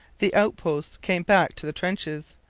the outposts came back to the trenches.